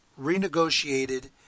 renegotiated